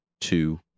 two